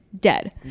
Dead